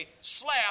slap